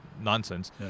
nonsense